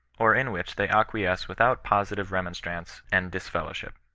or in which they acquiesce without posi tive remonstrance and disfellowship.